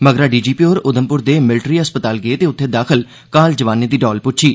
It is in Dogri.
मगरा डीजीपी होर उघमपुर दे मिल्ट्री अस्पताल गै ते उत्थे दाखल घायल जवानें दी डौल पुच्छी